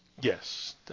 Yes